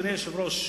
אדוני היושב-ראש,